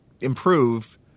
improve